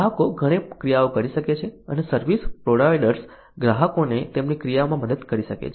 ગ્રાહકો ઘણી ક્રિયાઓ કરી શકે છે અને સર્વિસ પ્રોવાઇડર્સ ગ્રાહકોને તેમની ક્રિયાઓમાં મદદ કરી શકે છે